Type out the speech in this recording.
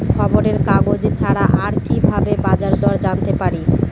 খবরের কাগজ ছাড়া আর কি ভাবে বাজার দর জানতে পারি?